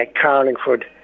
Carlingford